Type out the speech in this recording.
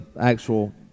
actual